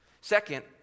Second